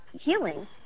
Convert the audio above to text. healing